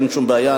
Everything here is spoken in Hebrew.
אין שום בעיה,